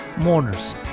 mourners